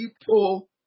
people